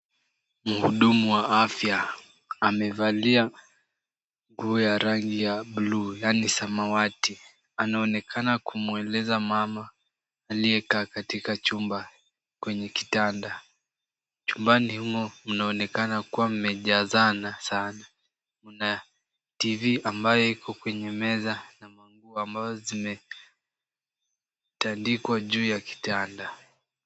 Mhudumu wa afya amevalia nguo ya rangi ya buluu, yaani samawati. Anaonekana kumweleza mama aliyekaa katika chumba kwenye kitanda. Chumbani humo mnaonekana kuwa mmejazana sana. Kuna TV ambayo iko kwenye meza na manguo ambazo zimetandikwa juu ya kitanda.